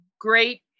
great